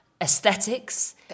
aesthetics